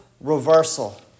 reversal